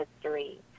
history